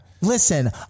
Listen